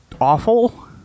awful